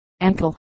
ankle